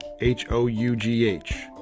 H-O-U-G-H